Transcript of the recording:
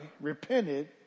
repented